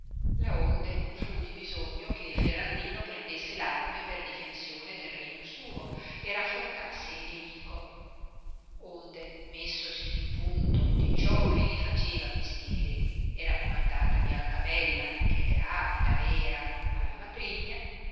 reame laonde fu di bisogno che ferrandino prendesse arme per difensione del regno suo e raffrontasse il nimico onde messosi in punto di ciò che li faceva mistieri e raccomandata biancabella che gravida era alla matrigna